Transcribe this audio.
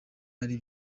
ari